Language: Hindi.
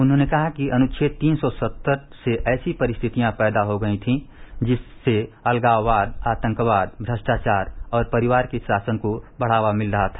उन्होंने कहा कि अनुछेद तीन सौ सत्तर से ऐसी परिस्थितियां पैदा हो गई थीं जिससे अलगाववाद आतंकवाद भ्रष्टाचार और परिवार के शासन को बढ़ावा मिल रहा था